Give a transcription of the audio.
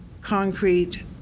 concrete